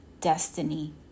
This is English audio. destiny